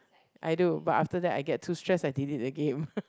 I do but after that I get too stress I delete the game